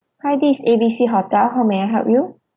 hi this is A B C hotel how may I help you